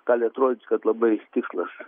gali atrodyt kad labai tikslas